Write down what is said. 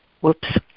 whoops